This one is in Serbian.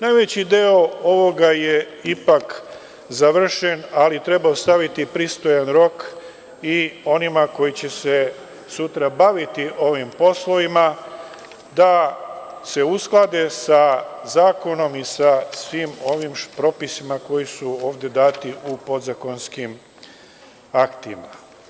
Najveći deo ovoga je ipak završen, ali treba ostaviti pristojan rok i onima koji će se sutra baviti ovim poslovima da se usklade sa zakonom i sa svim onim propisima koji su ovde dati u podzakonskim aktima.